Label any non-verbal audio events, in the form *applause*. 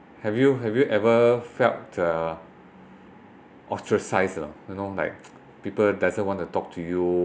have you have you ever felt uh ostracized lah you know like *noise* people doesn't want to talk to you